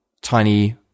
tiny